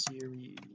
series